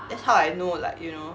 that's how I know like you know